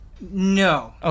No